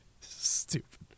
Stupid